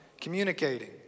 communicating